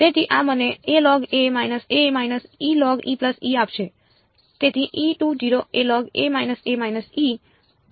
તેથી આ મને આપશે